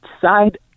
side